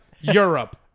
Europe